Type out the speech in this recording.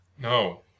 No